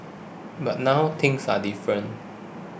but now things are different